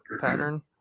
pattern